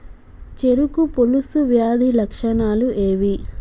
చెరుకు పొలుసు వ్యాధి లక్షణాలు ఏవి?